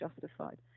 justified